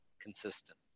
consistent